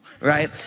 right